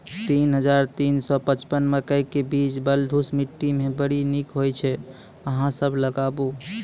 तीन हज़ार तीन सौ पचपन मकई के बीज बलधुस मिट्टी मे बड़ी निक होई छै अहाँ सब लगाबु?